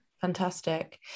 Fantastic